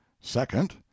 second